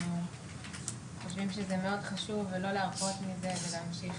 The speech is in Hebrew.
אנחנו חושבים שמאוד חשוב לא להרפות מזה ולהמשיך